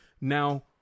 Now